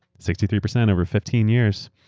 sixty three percent over fifteen years.